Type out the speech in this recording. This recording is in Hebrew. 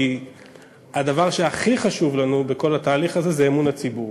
כי הדבר שהכי חשוב לנו בכל התהליך הזה הוא אמון הציבור,